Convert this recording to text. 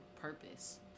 purpose